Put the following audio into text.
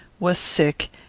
was sick,